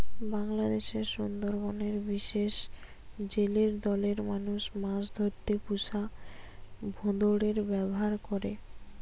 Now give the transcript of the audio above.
বাংলাদেশের সুন্দরবনের বিশেষ জেলে দলের মানুষ মাছ ধরতে পুষা ভোঁদড়ের ব্যাভার করে